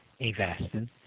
Avastin